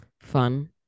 fun